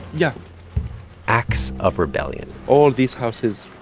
yeah acts of rebellion. all these houses,